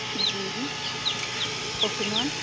ਜੀ okay ma'am